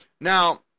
Now